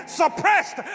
suppressed